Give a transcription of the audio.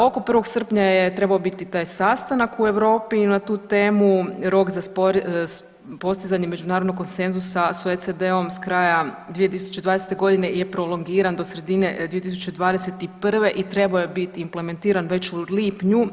Oko 1. srpnja je trebao biti taj sastanak u Europi i na tu temu rok za postizanje međunarodnog konsenzusa sa OECD-om s kraja 2020. godine je prolongiran do sredine 2021. i trebao je biti implementiran već u lipnju.